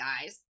guys